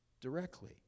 directly